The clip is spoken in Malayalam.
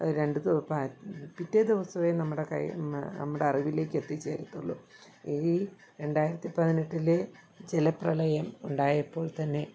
രണ്ടു പിറ്റേ ദിവസമേ നമ്മുടെ കയ്യിൽ നമ്മുടെ അറിവിലേക്ക് എത്തിച്ചേരത്തുള്ളൂ ഈ രണ്ടായിരത്തി പതിനെട്ടിലെ ജലപ്രളയം ഉണ്ടായപ്പോൾ തന്നെ